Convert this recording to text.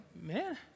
man